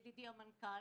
ידידי המנכ"ל,